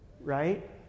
right